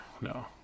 no